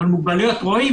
אבל מוגבלויות רואים,